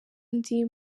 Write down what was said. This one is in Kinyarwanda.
ndi